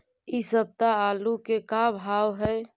इ सप्ताह आलू के का भाव है?